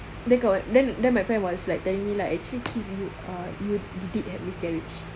then got then then my friend was like telling me lah actually you are you did had miscarriage